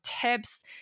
tips